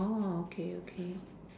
orh okay okay